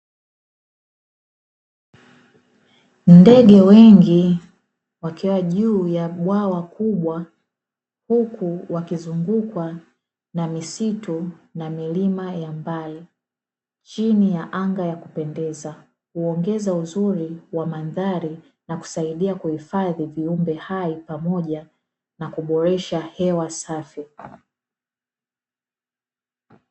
Ndege wengi wakiwa juu ya bwawa kubwa huku wakizungukwa na misitu na milima ya mbali chini ya anga ya kupendeza, huongeza uzuri wa mandhari na kusaidia kuhifadhi viumbe hai pamoja na kuboresha hewa safi.